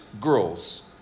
girls